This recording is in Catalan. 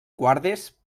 guardes